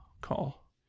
call